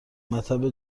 مطب